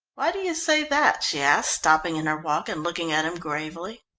why do you say that? she asked, stopping in her walk and looking at him gravely.